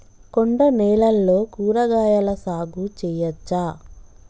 కొండ నేలల్లో కూరగాయల సాగు చేయచ్చా?